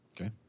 okay